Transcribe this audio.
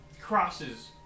crosses